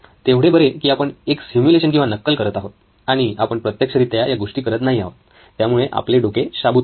तेवढे बरे की आपण एक सिम्युलेशन किंवा नक्कल करत आहोत आणि आपण प्रत्यक्षरित्या या गोष्टी करत नाही आहोत त्यामुळे आपले डोके शाबूत आहे